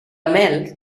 mel